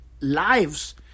lives